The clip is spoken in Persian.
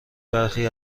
برخی